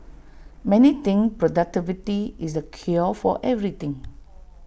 many think productivity is the cure for everything